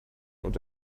und